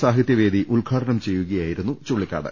സാഹിത്യവേദി ഉദ്ഘാടനം ചെയ്യുകയായിരുന്നു ചുള്ളിക്കാട്